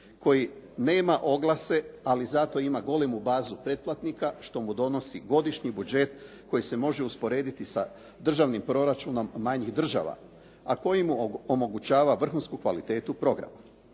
koji nema oglase ali zato ima golemu bazu pretplatnika što mu donosi godišnji budžet koji se može usporediti s državnim proračunom manjih država a koji mu omogućava vrhunsku kvalitetu programa.